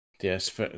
Yes